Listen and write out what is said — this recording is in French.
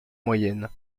moyenne